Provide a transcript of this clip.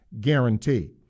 guarantee